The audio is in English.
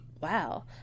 wow